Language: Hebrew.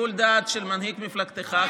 בשיקול הדעת של מנהיג מפלגתך?